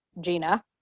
Gina